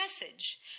message